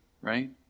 right